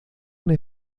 una